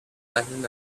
latin